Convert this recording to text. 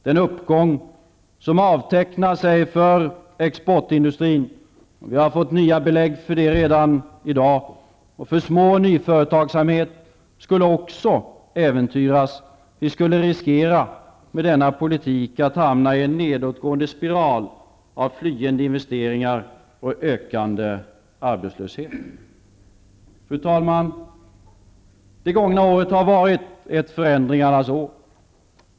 Den uppgång som avtecknar sig för exportindustrin -- vi har fått nya belägg för det i dag -- och för små och nyföretagsamhet skulle också äventyras. Med denna politik skulle vi riskera att hamna i en nedåtgående spiral av flyende investeringar och ökande arbetslöshet. Fru talman! Det gångna året har varit ett förändringarnas år.